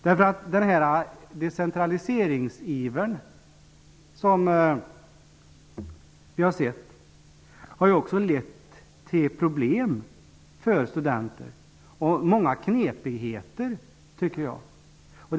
Den decentraliseringsiver som vi har sett har också lett till problem och många knepigheter för studenter, tycker jag.